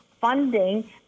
funding